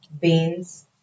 Beans